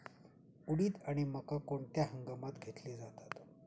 उडीद आणि मका कोणत्या हंगामात घेतले जातात?